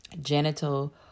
Genital